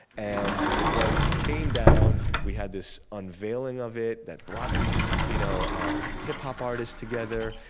and when he came down, we had this unveiling of it that brought these you know ah hip-hop artists together,